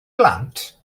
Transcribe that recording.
blant